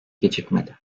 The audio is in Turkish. gecikmedi